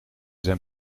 zijn